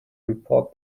report